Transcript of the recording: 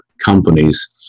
companies